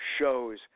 shows